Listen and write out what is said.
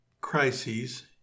crises